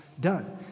done